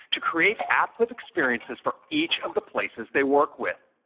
to create app clip experiences for each of the places they work with.